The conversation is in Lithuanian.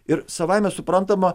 ir savaime suprantama